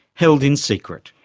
held in secret.